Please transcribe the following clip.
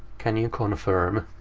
can you confirm?